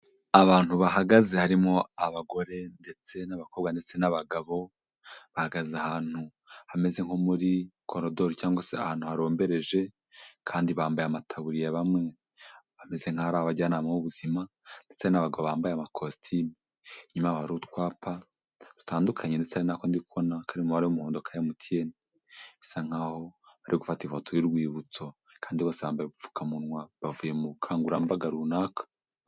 Abantu bahagaze harimo abagore ndetse n'abakobwa ndetse n'abagabo, bahagaze ahantu hameze nko muri korodoro cyangwa se ahantu harombereje kandi bambaye amataburiya bamwe. Bameze nkaho ari abajyanama b'ubuzima ndetse n'abagabo bambaye amakositimu. Inyuma yaho hari utwapa dutandukanye ndetse hari n'ako ndi kubona na kari mu mabara y'umuhodo ka MTN. Bisa nkaho bari gufata ifoto y'urwibutso kandi bose bambaye ubupfukamunwa. Bavuye mu bukangurambaga runaka.